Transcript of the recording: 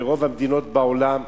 ברוב המדינות בעולם,